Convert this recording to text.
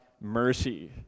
mercy